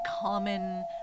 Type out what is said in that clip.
common